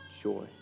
joy